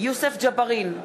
יוסף ג'בארין,